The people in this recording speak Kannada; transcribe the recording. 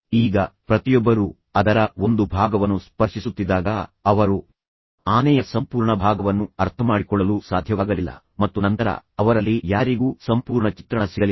ಈಗ ಪ್ರತಿಯೊಬ್ಬರೂ ಅದರ ಒಂದು ಭಾಗವನ್ನು ಸ್ಪರ್ಶಿಸುತ್ತಿದ್ದಾಗ ಅವರು ಆನೆಯ ಸಂಪೂರ್ಣ ಭಾಗವನ್ನು ಅರ್ಥಮಾಡಿಕೊಳ್ಳಲು ಸಾಧ್ಯವಾಗಲಿಲ್ಲ ಮತ್ತು ನಂತರ ಅವರಲ್ಲಿ ಯಾರಿಗೂ ಸಂಪೂರ್ಣ ಚಿತ್ರಣ ಸಿಗಲಿಲ್ಲ